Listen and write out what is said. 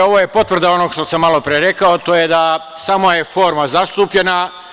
Ovo je potvrda onog što sam malopre rekao, a to je da je samo forma zastupljena.